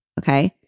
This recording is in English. okay